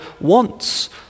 wants